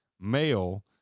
male